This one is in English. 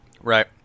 Right